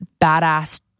badass